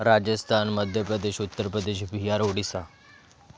Rajasthan Madhya Pradesh Uttar Pradesh Bihar Odisha